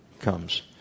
comes